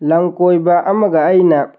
ꯂꯝ ꯀꯣꯏꯕ ꯑꯃꯒ ꯑꯩꯅ